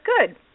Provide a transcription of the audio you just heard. good